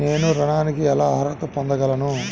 నేను ఋణానికి ఎలా అర్హత పొందగలను?